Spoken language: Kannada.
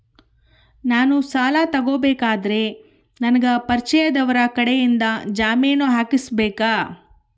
ನಾನು ಸಾಲ ತಗೋಬೇಕಾದರೆ ನನಗ ಪರಿಚಯದವರ ಕಡೆಯಿಂದ ಜಾಮೇನು ಹಾಕಿಸಬೇಕಾ?